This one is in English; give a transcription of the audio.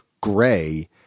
gray